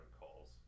calls